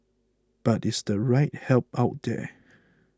but is the right help out there